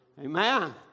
Amen